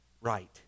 right